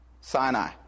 Sinai